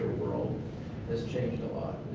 world has changed a lot,